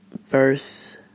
verse